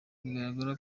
bigaragaza